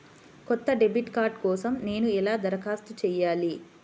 కొత్త debit card కోసం నేను ఎలా దరఖాస్తు చేయాలి?